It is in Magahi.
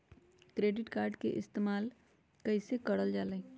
क्रेडिट कार्ड के इस्तेमाल कईसे करल जा लई?